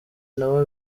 n’abo